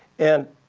and